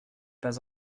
pas